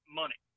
money